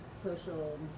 social